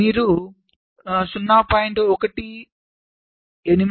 మీరు 0